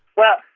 well,